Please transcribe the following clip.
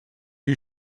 you